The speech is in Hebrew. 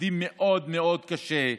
עובדים מאוד מאוד קשה,